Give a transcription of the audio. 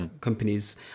companies